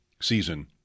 season